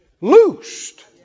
loosed